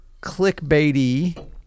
clickbaity